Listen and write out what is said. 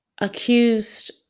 accused